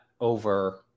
over